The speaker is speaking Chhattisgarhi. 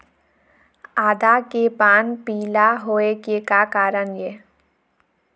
आदा के पान पिला होय के का कारण ये?